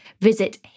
visit